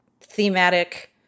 thematic